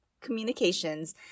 communications